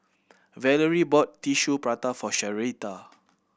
Valarie brought Tissue Prata for Sherita